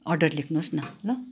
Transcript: order लेख्नुहोस् न ल